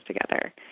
together